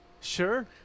Sure